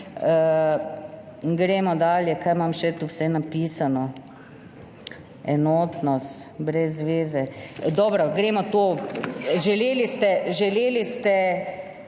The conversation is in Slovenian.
Gremo dalje. Kaj imam še tu vse napisano. Enotnost, brez veze. Dobro, gremo to. Želeli ste, želeli ste,